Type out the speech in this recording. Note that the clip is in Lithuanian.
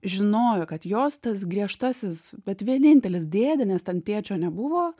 žinojo kad jos tas griežtasis bet vienintelis dėdė nes ten tėčio nebuvo